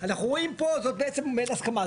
אנחנו רואים פה, זו בעצם מעין הסכמה.